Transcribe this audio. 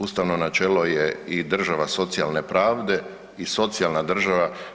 Ustavno načelo je i država socijalne pravde i socijalna država.